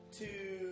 two